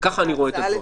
ככה אני רואה את הדברים.